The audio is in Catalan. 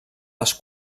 les